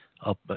Up